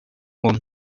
born